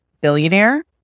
billionaire